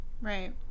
right